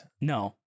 No